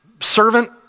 servant